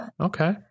Okay